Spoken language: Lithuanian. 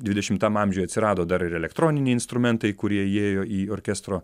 dvidešimtam amžiuj atsirado dar ir elektroniniai instrumentai kurie įėjo į orkestro